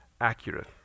accurate